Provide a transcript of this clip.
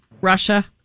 Russia